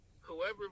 whoever